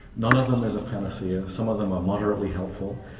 none of them is a panacea, some of them are moderately helpful,